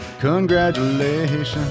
Congratulations